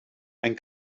ein